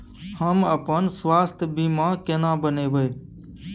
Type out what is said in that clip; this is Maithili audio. हम अपन स्वास्थ बीमा केना बनाबै?